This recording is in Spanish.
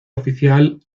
oficial